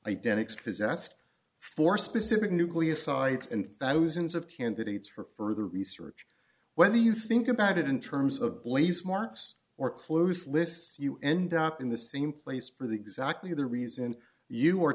asked for specific nucleus sites and thousands of candidates for further research whether you think about it in terms of blaze marks or close lists you end up in the same place for the exactly the reason you ar